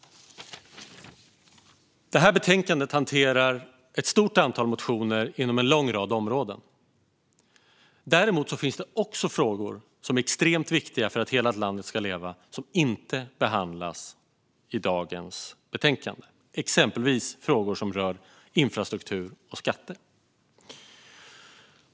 Det här betänkandet hanterar ett stort antal motioner inom en lång rad områden. Det finns dock även andra frågor som är extremt viktiga för att hela landet ska leva och som inte behandlas i dagens betänkande, exempelvis frågor som rör infrastruktur och skatter.